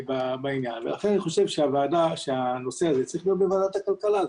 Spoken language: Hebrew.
בעניין ולכן אני חושב שהנושא הזה צריך להיות בוועדת הכלכלה.